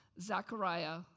Zachariah